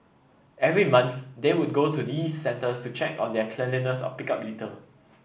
every month they would go to these centres to check on their cleanliness or pick up litter